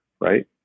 right